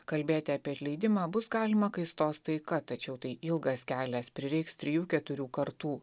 kalbėti apie atleidimą bus galima kai stos taika tačiau tai ilgas kelias prireiks trijų keturių kartų